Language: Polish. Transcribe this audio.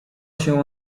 się